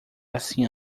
assim